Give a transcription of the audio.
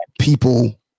people